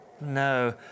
No